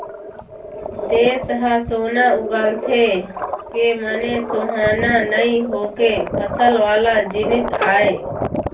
देस ह सोना उगलथे के माने सोनहा नइ होके फसल वाला जिनिस आय